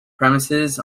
premises